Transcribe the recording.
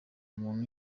umuntu